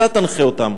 אתה תנחה אותם.